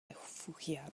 refugiaba